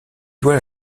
doit